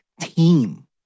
team